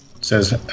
says